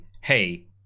hey